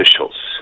officials